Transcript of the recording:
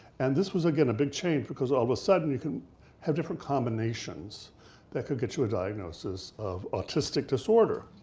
and this was again a big change cause all of a sudden you can have different combinations that gets you a diagnosis of autistic disorder.